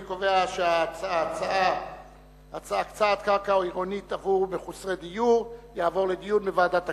אני קובע שהנושא יעבור לדיון בוועדת הכספים.